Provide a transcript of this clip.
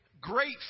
great